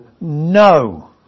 No